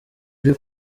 uri